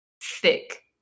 thick